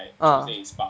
ah